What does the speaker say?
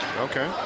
okay